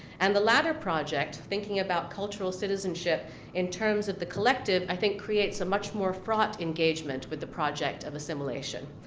and the later project, thinking about cultural citizenship in terms of the collective, i think creates a much more fraught engagement with the project of assimilation.